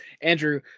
Andrew